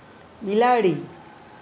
બિલાડી